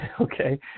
Okay